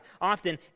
often